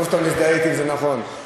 טוב שאתה מזדהה אתי, וזה נכון.